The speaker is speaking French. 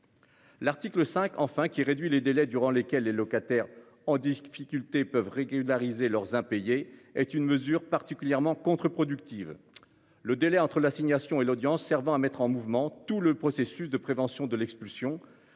L'article 5, enfin qui réduit les délais durant lesquelles les locataires en difficulté peuvent régulariser leurs impayés est une mesure particulièrement contre-. Le délai entre l'assignation et l'audience servant à mettre en mouvement tout le processus de prévention de l'expulsion.